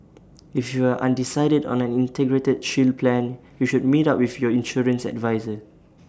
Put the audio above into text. if you are undecided on an integrated shield plan you should meet up with your insurance adviser